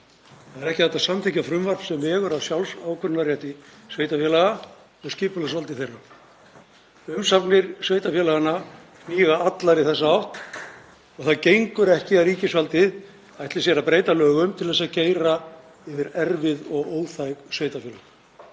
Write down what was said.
Það er ekki hægt að samþykkja frumvarp sem vegur að sjálfsákvörðunarrétti sveitarfélaga og skipulagsvaldi þeirra. Umsagnir sveitarfélaganna hníga allar í þessa átt og það gengur ekki að ríkisvaldið ætli sér að breyta lögum til að keyra yfir erfið og óþæg sveitarfélög.